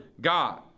God